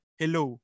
hello